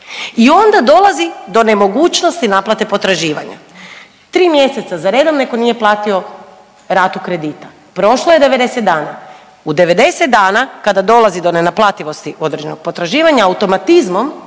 I onda dolazi do nemogućnosti naplate potraživanja. Tri mjeseca za redom netko nije platio ratu kredita. Prošlo je 90 dana. U 90 dana kada dolazi do nenaplativosti određenog potraživanja automatizmom